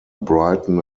brighton